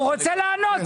הוא רוצה לענות,